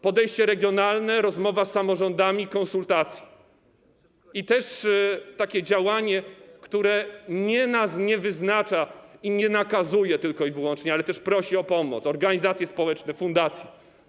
Podejście regionalne, rozmowa z samorządami, konsultacje i takie działanie, które nas nie wyznacza i nie nakazuje nam czegoś tylko i wyłącznie, ale też prosi o pomoc organizacje społeczne, fundacje.